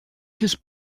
his